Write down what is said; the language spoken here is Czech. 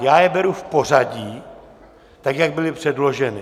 Já je beru v pořadí, jak byly předloženy.